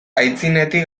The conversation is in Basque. aitzinetik